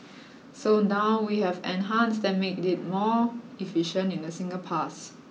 so now we have enhanced and made it more efficient in a single pass